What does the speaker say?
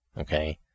okay